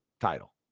title